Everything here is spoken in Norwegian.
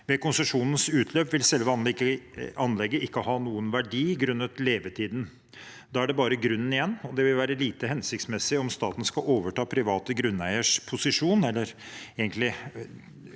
Ved konsesjonens utløp vil selve anlegget ikke ha noen verdi grunnet levetiden. Da er det bare grunnen igjen, og det vil være lite hensiktsmessig om staten skal overta private grunneieres posisjon, eller egentlig